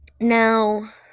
Now